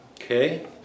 Okay